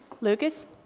Lucas